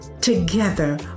Together